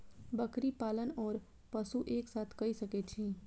बकरी पालन ओर पशु एक साथ कई सके छी?